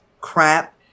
crap